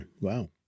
wow